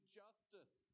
justice